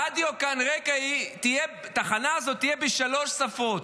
רדיו כאן רק"ע, התחנה הזו תהיה בשלוש שפות: